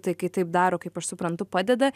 tai kai taip daro kaip aš suprantu padeda